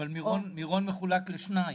אבל מירון מחולק לשניים.